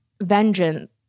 vengeance